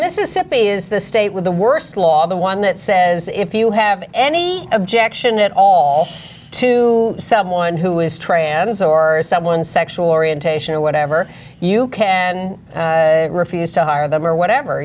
mississippi is the state with the worst law the one that says if you have any objection at all to someone who is trans or someone's sexual orientation or whatever you can refuse to hire them or whatever